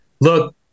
Look